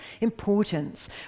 importance